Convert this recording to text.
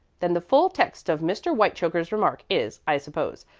then the full text of mr. whitechoker's remark is, i suppose,